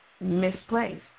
misplaced